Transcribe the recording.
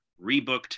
rebooked